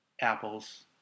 Apple's